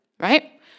right